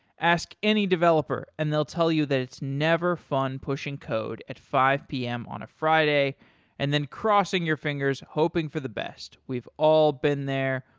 ask any developer and they'll tell you that it's never fun pushing code at five p m. on a friday and then crossing your fingers hoping for the best. we've all been there.